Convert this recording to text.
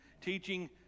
teaching